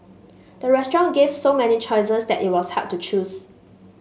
the restaurant gave so many choices that it was hard to choose